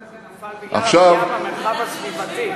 החוק הזה נפל בגלל הפגיעה במרחב הסביבתי,